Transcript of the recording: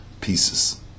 pieces